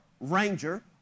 Ranger